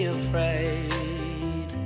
afraid